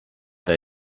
that